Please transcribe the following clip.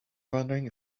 wondering